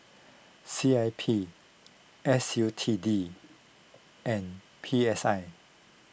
C I P S U T D and P S I